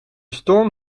storm